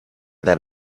that